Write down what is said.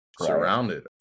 surrounded